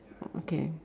okay